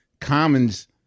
Common's